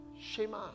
Shema